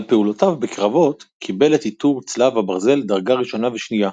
על פעולותיו בקרבות קיבל את עיטורי צלב הברזל דרגה ראשונה ושנייה,